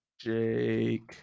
Jake